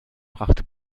brachte